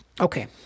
okay